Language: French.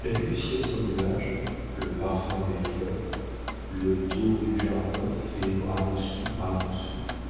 la vue du ciel sans nuages le parfum des fleurs le tour du jardin fait bras dessus bras dessous